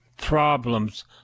problems